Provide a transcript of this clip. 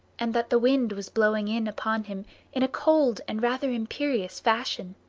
and that the wind was blowing in upon him in a cold and rather imperious fashion.